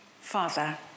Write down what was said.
Father